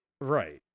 right